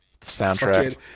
soundtrack